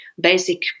basic